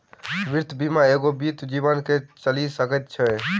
वित्त बिना एको बीत जीवन नै चलि सकैत अछि